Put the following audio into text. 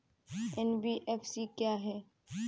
NBFC क्या है?